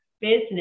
business